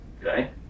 Okay